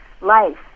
life